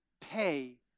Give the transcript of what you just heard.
pay